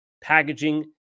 Packaging